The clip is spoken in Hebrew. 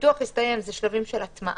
הפיתוח הסתיים, ואלה שלבים של הטמעה.